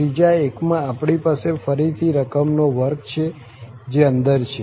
ત્રીજા એકમાં આપણી પાસે ફરીથી રકમનો વર્ગ છે જે અંદર છે